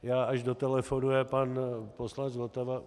Já až dotelefonuje pan poslanec Votava...